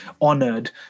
honored